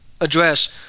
address